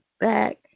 back